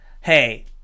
Hey